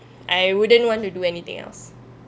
I wouldn't want to do anything else